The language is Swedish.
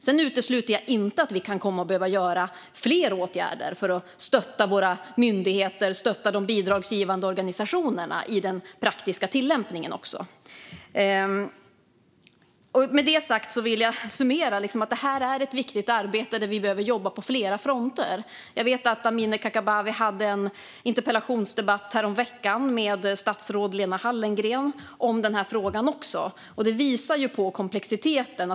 Sedan utesluter jag inte att vi kan komma att behöva göra fler åtgärder för att stötta våra myndigheter och de bidragsgivande organisationerna i den praktiska tillämpningen. Med det sagt vill jag summera. Det här är ett viktigt arbete, där vi behöver jobba på flera fronter. Jag vet att Amineh Kakabaveh härom veckan hade en interpellationsdebatt med statsrådet Lena Hallengren om den här frågan. Det visar ju på komplexiteten.